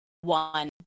one